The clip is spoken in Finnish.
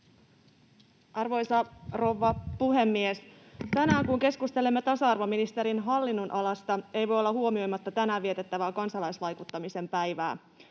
Arvoisa rouva puhemies! Kun keskustelemme tasa-arvoministerin hallinnonalasta, ei voi olla huomioimatta tänään vietettävää kansalaisvaikuttamisen päivää.